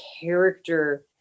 character